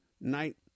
night